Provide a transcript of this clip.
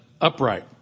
upright